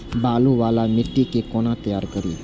बालू वाला मिट्टी के कोना तैयार करी?